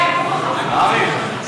את זה אמרו חכמים.